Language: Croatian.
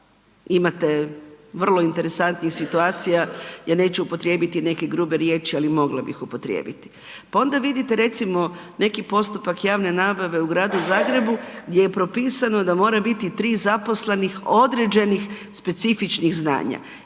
imate vrlo interesantnih situacija, ja neću upotrijebiti neke grube riječi, ali mogla bih upotrijebiti. Pa onda vidite recimo neki postupak javne nabave u Gradu Zagrebu gdje je propisano da mora biti 3 zaposlenih određenih specifičnih znanja